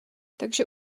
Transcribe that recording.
takže